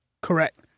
Correct